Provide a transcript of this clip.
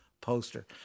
poster